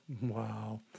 Wow